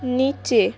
নিচে